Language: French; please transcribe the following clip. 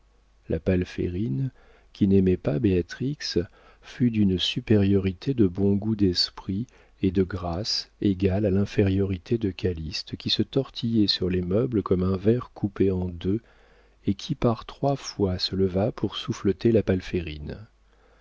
part la palférine qui n'aimait pas béatrix fut d'une supériorité de bon goût d'esprit et de grâce égale à l'infériorité de calyste qui se tortillait sur les meubles comme un ver coupé en deux et qui par trois fois se leva pour souffleter la